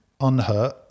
unhurt